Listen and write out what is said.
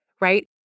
right